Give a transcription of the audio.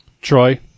Troy